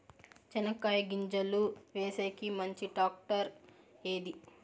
చెనక్కాయ గింజలు వేసేకి మంచి టాక్టర్ ఏది?